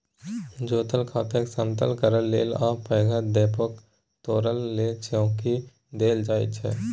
जोतल खेतकेँ समतल करय लेल आ पैघ ढेपाकेँ तोरय लेल चौंकी देल जाइ छै